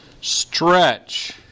stretch